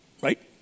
right